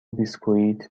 بیسکوییت